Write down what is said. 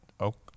Okay